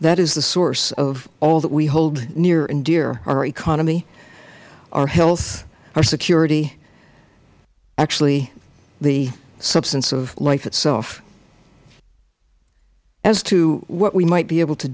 that is the source of all that we hold near and dear our economy our health our security actually the substance of life itself as to what we might be able to